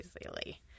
easily